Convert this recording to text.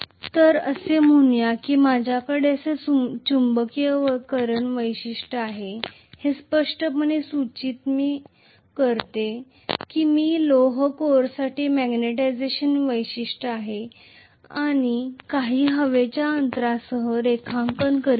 तर असे म्हणूया की माझ्याकडे असे चुंबकीयकरण वैशिष्ट्य आहे हे स्पष्टपणे सूचित करते की मी लोह कोरसाठी मॅग्नेटायझेशन वैशिष्ट्ये आणि काही हवेच्या अंतरासह रेखांकन करीत आहे